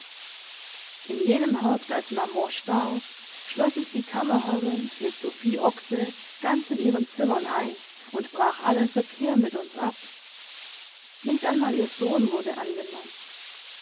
in jenem herbst als maman starb schloß sich die kammerherrin mit sophie oxe ganz in ihren zimmern ein und brach allen verkehr mit uns ab nicht einmal ihr sohn wurde angenommen